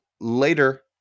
later